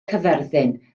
caerfyrddin